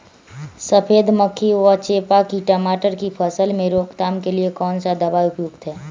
सफेद मक्खी व चेपा की टमाटर की फसल में रोकथाम के लिए कौन सा दवा उपयुक्त है?